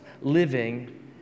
living